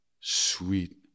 sweet